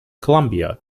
columbia